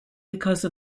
because